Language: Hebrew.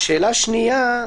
שאלה שנייה,